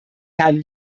herrn